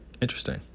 Interesting